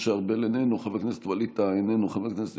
איננו, חבר הכנסת יעקב מרגי, איננו,